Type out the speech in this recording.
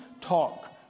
talk